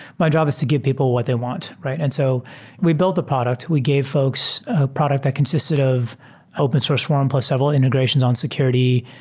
my job is to give people what they want, right? and so we built the product, we gave folks a product that consisted of open source swarm, plus several integrations on security,